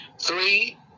Three